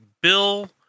Bill